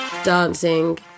Dancing